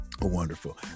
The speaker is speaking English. wonderful